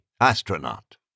astronaut